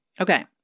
Okay